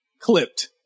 Clipped